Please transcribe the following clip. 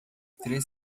três